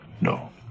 No